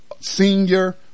senior